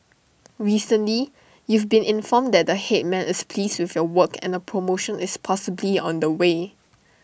recently you've been informed that the Headman is pleased with your work and A promotion is possibly on the way